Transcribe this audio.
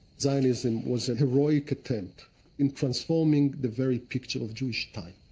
zionism was a heroic attempt in transforming the very picture of jewish time,